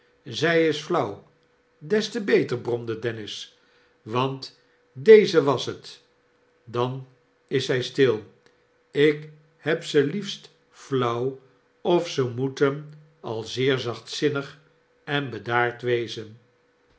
szij is flauw des te beter bromde dennis want deze was het dan is zij stil ik heb ze liefst flauw of ze moeten al zeer zachtzinnig en bedaard wezen